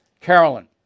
Carolyn